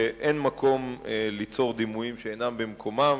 ואין מקום ליצור דימויים שאינם במקומם.